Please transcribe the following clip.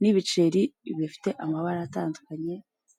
n'ibiceri bifite amabara atandukanye.